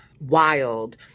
wild